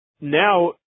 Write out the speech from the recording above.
now